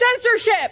censorship